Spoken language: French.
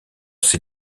ces